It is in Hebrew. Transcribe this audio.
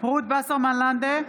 רות וסרמן לנדה,